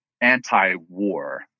anti-war